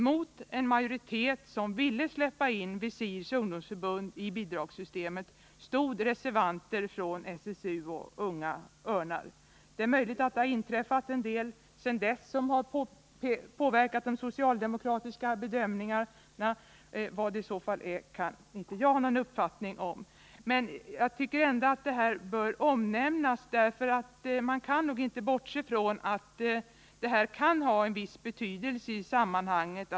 Mot en majoritet som ville släppa in VISIR:s ungdomsförbund i bidragssystemet stod reservanter från Unga örnar. Det är möjligt att något inträffat sedan dess som påverkat socialdemokraterna i deras bedömning — vad det skulle vara har i varje fall jag inte någon uppfattning om. Men det bör, som jag redan sagt, omnämnas att statens ungdomsråd inte var enigt, därför att det kan ha viss betydelse i sammanhanget.